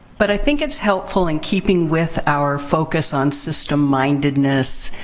but i think it's helpful, in keeping with our focus on system-mindedness,